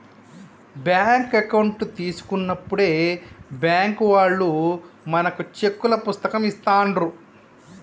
bank account తీసుకున్నప్పుడే bank వాళ్ళు మనకు చెక్కుల పుస్తకం ఇస్తాండ్రు